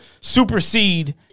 supersede